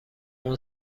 اون